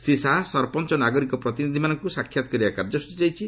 ଶ୍ରୀ ଶାହା ସରପଞ୍ଚ ଓ ନାଗରିକ ପ୍ରତିନିଧିମାନଙ୍କୁ ସାକ୍ଷାତ୍ କରିବାର କାର୍ଯ୍ୟସୂଚୀ ରହିଛି